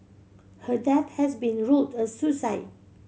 her death has been ruled a suicide